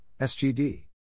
SGD